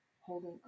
holding